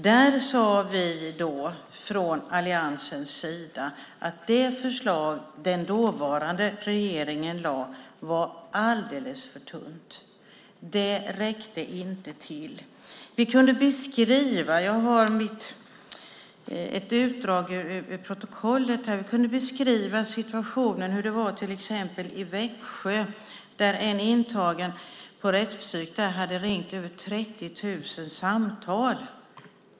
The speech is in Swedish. Då sade vi från alliansens sida att det förslag den dåvarande regeringen lade fram var alldeles för tunt. Det räckte inte till. Vi kunde beskriva - jag har ett utdrag ur protokollet här - situationen i till exempel Växjö där en intagen på rättspsyk hade ringt över 30 000 samtal.